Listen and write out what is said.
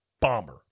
bomber